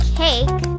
cake